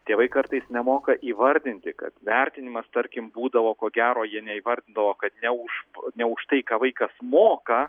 tėvai kartais nemoka įvardinti kad vertinimas tarkim būdavo ko gero jie neįvardindavo kad ne už ne už tai ką vaikas moka